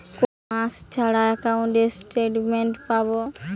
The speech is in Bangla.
কয় মাস ছাড়া একাউন্টে স্টেটমেন্ট পাব?